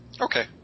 Okay